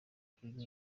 kurya